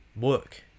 work